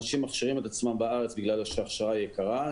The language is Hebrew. אנשים מכשירים את עצמם בארץ בגלל שההכשרה יקרה.